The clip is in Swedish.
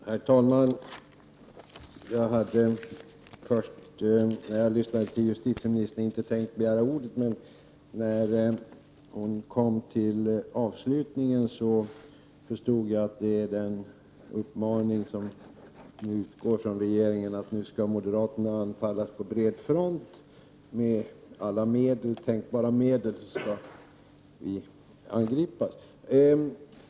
Herr talman! Jag hade inte tänkt begära ordet när jag lyssnade till justieministern. Men när hon kom till avslutningen förstod jag att den uppmaning som utgår från regeringen är att moderaterna nu skall anfallas på bred front. Med alla tänkbara medel skall vi angripas.